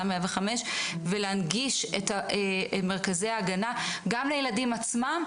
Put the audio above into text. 105 ולהנגיש את מרכזי ההגנה גם לילדים עצמם,